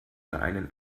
einen